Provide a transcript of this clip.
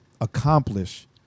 accomplish